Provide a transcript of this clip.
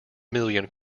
million